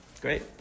Great